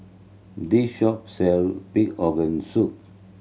this shop sell pig organ soup